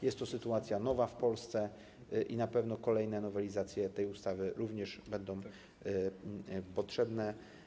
Jest to sytuacja nowa w Polsce i na pewno kolejne nowelizacje tej ustawy również będą potrzebne.